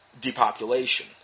depopulation